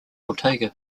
ortega